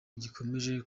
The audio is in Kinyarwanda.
gikomeje